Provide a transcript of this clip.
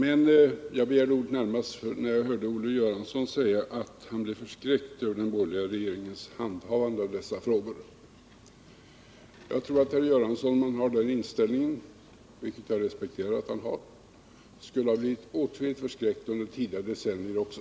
Jag begärde ordet när jag hörde Olle Göransson säga att han blev förskräckt över den borgerliga regeringens handhavande av de här frågorna. Jag tror att herr Göransson — om han har den inställningen, vilket jag respekterar att han har — skulle ha blivit åtskilligt förskräckt under tidigare decennier också.